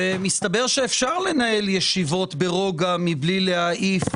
ומסתבר שאפשר לנהל ישיבות ברוגע מבלי להעיף